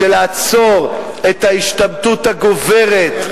לעצור את ההשתמטות הגוברת,